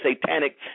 satanic